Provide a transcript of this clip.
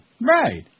Right